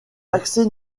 accès